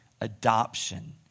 adoption